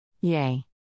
Yay